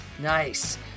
Nice